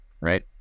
right